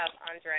Andre